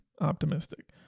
optimistic